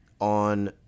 on